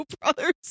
brothers